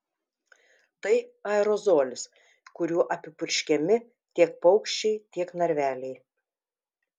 tai aerozolis kuriuo apipurškiami tiek paukščiai tiek narveliai